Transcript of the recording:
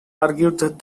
argued